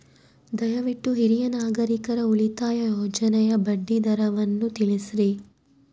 ದಯವಿಟ್ಟು ಹಿರಿಯ ನಾಗರಿಕರ ಉಳಿತಾಯ ಯೋಜನೆಯ ಬಡ್ಡಿ ದರವನ್ನು ತಿಳಿಸ್ರಿ